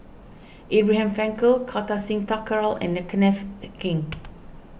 Abraham Frankel Kartar Singh Thakral and Kenneth Keng